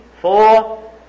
four